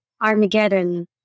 Armageddon